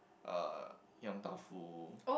uh Yong-Tau-Foo